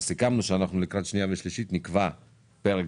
סיכמנו שלקראת שנייה ושלישית נקבע פרק